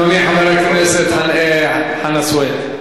אדוני, חבר הכנסת חנא סוייד.